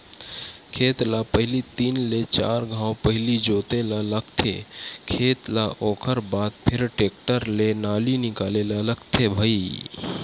खेत ल पहिली तीन ले चार घांव पहिली जोते ल लगथे खेत ल ओखर बाद फेर टेक्टर ले नाली निकाले ल लगथे भई